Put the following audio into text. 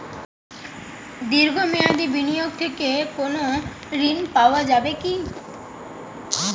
দীর্ঘ মেয়াদি বিনিয়োগ থেকে কোনো ঋন পাওয়া যাবে কী?